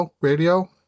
radio